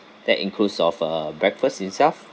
that includes of a breakfast itself